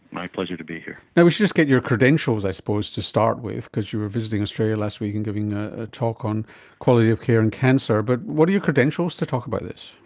my pleasure to be here. yeah we should just get your credentials i suppose to start with because you were visiting australia last week and giving a talk on quality of care and cancer. but what are your credentials to talk about this?